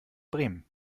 bremen